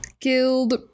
guild